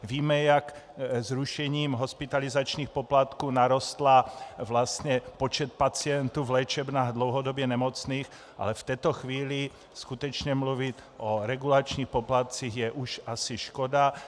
Víme, jak zrušením hospitalizačních poplatků narostl vlastně počet pacientů v léčebnách dlouhodobě nemocných, ale v této chvíli skutečně mluvit o regulačních poplatcích je už asi škoda.